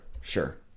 Sure